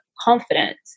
confidence